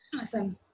Awesome